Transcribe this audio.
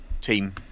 team